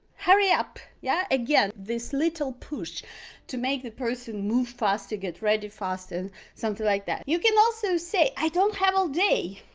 hurry up' yeah again, this little push to make the person move faster, get ready faster something like that. you can also say i don't have all day.